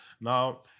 Now